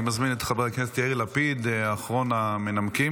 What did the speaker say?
אני מזמין את חבר הכנסת יאיר לפיד, אחרון המנמקים.